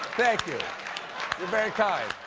thank you. you're very kind.